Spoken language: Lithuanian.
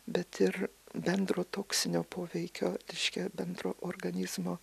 bet ir bendro toksinio poveikio reiškia bendro organizmo